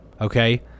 Okay